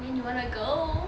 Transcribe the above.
when you wanna go